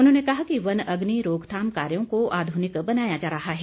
उन्होंने कहा कि वन अग्नि रोकथाम कार्यो को आधुनिक बनाया जा रहा है